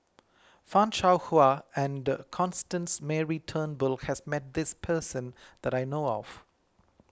Fan Shao Hua and Constance Mary Turnbull has met this person that I know of